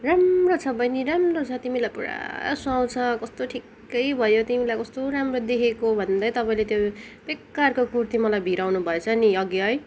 राम्रो छ बहिनी राम्रो छ तिमीलाई पुरा सुहाउँछ कस्तो ठिक्कै भयो तिमीलाई कस्तो राम्रो देखेको भन्दै तपाईँले त्यो बेकारको कुर्ती मलाई भिराउनु भएछ नि अघि है